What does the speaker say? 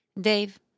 Dave